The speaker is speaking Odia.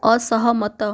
ଅସହମତ